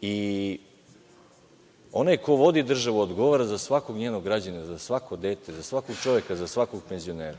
i onaj ko vodi državu odgovara za svakog njenog građanina, za svako dete, za svakog čoveka, za svakog penzionera.